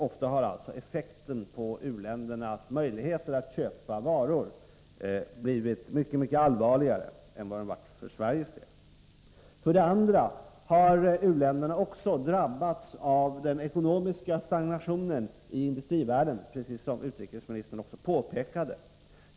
Ofta har alltså effekten för u-ländernas möjligheter att köpa varor blivit mycket allvarligare än för Sveriges del. För det andra har u-länderna också, som utrikesministern påpekade, drabbats av den ekonomiska stagnationen i i-världen.